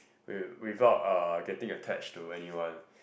with without uh getting attached to anyone